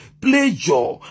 pleasure